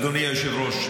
אדוני היושב-ראש,